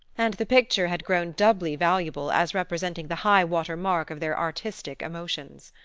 and the picture had grown doubly valuable as representing the high-water mark of their artistic emotions.